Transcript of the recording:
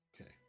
Okay